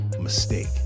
mistake